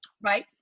right